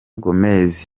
gomez